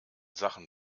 sachen